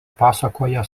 pasakoja